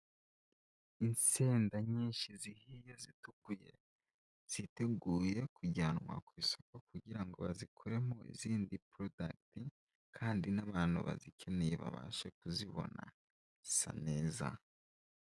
Insenda nyinshi zihiye zitukuye, ziteguye kujyanwa ku isoko kugira ngo bazikoremo izindi porodagiti, kandi n'abantu bazikeneye babashe kuzibona, zisa neza.